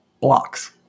blocks